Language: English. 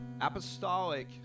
apostolic